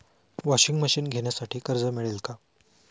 Washing machine घेण्यासाठी कर्ज मिळेल का?